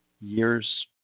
years